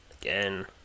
Again